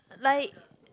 like